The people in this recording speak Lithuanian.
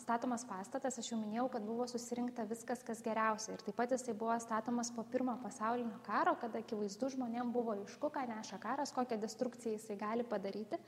statomas pastatas aš jau minėjau kad buvo susirinkta viskas kas geriausia ir taip pat jisai buvo statomas po pirmo pasaulinio karo kad akivaizdu žmonėm buvo aišku ką neša karas kokią destrukciją jisai gali padaryti